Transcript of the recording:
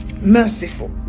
merciful